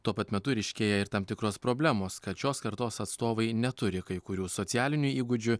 tuo pat metu ryškėja ir tam tikros problemos kad šios kartos atstovai neturi kai kurių socialinių įgūdžių